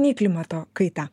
nei klimato kaita